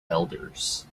elders